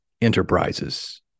Enterprises